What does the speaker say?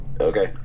Okay